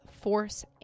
force